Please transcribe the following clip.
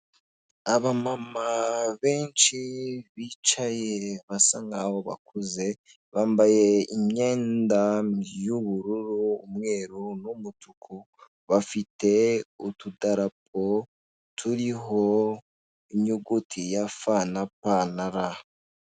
Abamama benshi bicaye basa nkaho bakuze bambaye imyenda y'ubururu umweru n'umutuku bafite utudarapo turiho inyuguti ya FPR.